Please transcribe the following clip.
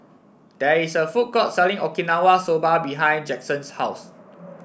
there is a food court selling Okinawa Soba behind Jackson's house